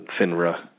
FINRA